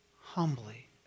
humbly